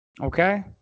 okay